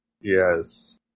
Yes